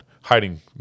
hiding